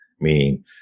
meaning